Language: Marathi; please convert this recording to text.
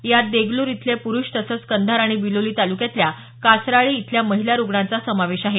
यात देगलूर इथल्या पुरुष तसंच कंधार आणि बिलोली तालुक्यातल्या कासराळी इथल्या महिला रुग्णाचा समावेश आहे